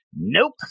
nope